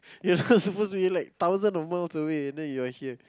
you're now supposed to be in like thousands of miles away and then now you're here